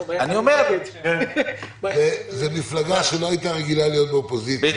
זו מפלגה שלא הייתה רגילה להיות באופוזיציה,